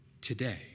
today